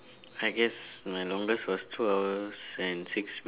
I guess my longest was two hours and six min~